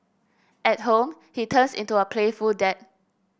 at home he turns into a playful dad